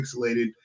pixelated